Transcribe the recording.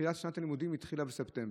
שנת הלימודים התחילה בספטמבר,